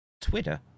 Twitter